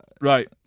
right